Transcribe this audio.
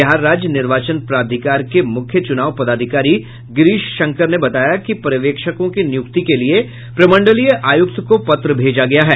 बिहार राज्य निर्वाचन प्राधिकार के मुख्य चुनाव पदाधिकारी गिरिश शंकर ने बताया कि पर्यवेक्षकों की नियुक्ति के लिये प्रमंडलीय आयुक्त को पत्र भेजा गया है